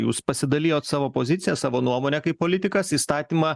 jūs pasidalijot savo pozicija savo nuomone kaip politikas įstatymą